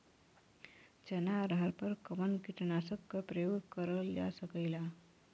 चना अरहर पर कवन कीटनाशक क प्रयोग कर जा सकेला?